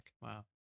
Wow